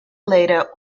later